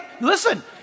listen